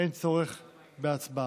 אין צורך בהצבעה.